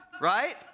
right